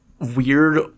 weird